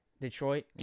Detroit